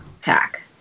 Attack